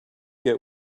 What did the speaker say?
get